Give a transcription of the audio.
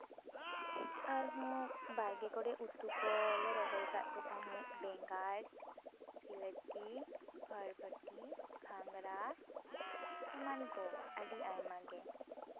ᱟᱨᱦᱚᱸ ᱵᱟᱲᱜᱮ ᱠᱚᱨᱮᱜ ᱩᱛᱩ ᱠᱚᱞᱮ ᱨᱚᱦᱚᱭ ᱠᱟᱜ ᱜᱮ ᱛᱟᱦᱮᱸᱜ ᱵᱮᱸᱜᱟᱲ ᱵᱤᱞᱟᱹᱛᱤ ᱵᱷᱚᱨᱵᱷᱚᱴᱤ ᱜᱷᱟᱝᱨᱟ ᱮᱢᱟᱱ ᱠᱚ ᱟᱹᱰᱤ ᱟᱭᱢᱟ ᱜᱮ